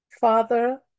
Father